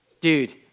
Dude